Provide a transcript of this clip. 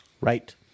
Right